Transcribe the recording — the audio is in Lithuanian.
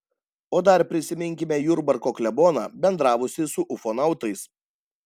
o dar prisiminkime jurbarko kleboną bendravusį su ufonautais